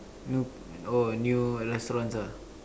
new oh new restaurants ah